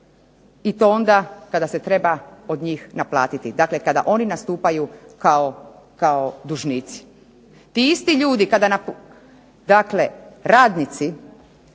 i to onda kada se treba od njih naplatiti, kada oni nastupaju kao dužnici. Ti isti ljudi dakle radnici